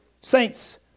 Saints